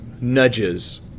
nudges